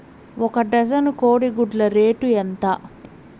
ఒక డజను కోడి గుడ్ల రేటు ఎంత?